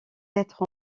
être